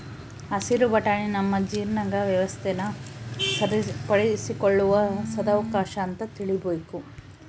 ಹಸಿರು ಬಟಾಣಿ ನಮ್ಮ ಜೀರ್ಣಾಂಗ ವ್ಯವಸ್ಥೆನ ಸರಿಪಡಿಸಿಕೊಳ್ಳುವ ಸದಾವಕಾಶ ಅಂತ ತಿಳೀಬೇಕು